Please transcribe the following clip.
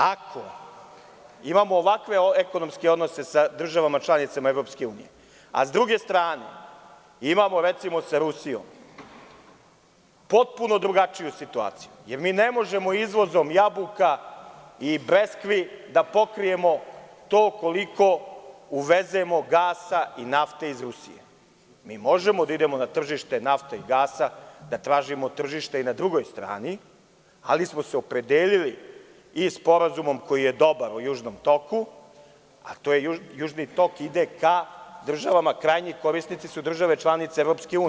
Ako imamo ovakve ekonomske odnose sa državama članicama EU, a sa druge strane imamo, recimo, sa Rusijom potpuno drugačiju situaciju, jer mi ne možemo izvozom jabuka i breskvi da pokrijemo koliko uvezemo gasa i nafte iz Rusije, mi možemo da idemo na tržište nafte i gasa, da tražimo tržište i na drugoj strani, ali smo se opredelili i Sporazumom, koji je dobar, o Južnom toku, a Južni tok ide ka državama, odnosno krajnji korisnici su države članice EU.